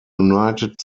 united